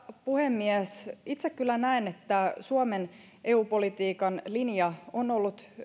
puhemies itse kyllä näen että suomen eu politiikan linja on ollut